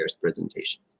presentation